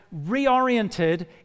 reoriented